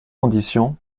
conditions